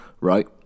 right